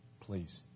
Please